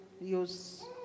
use